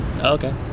Okay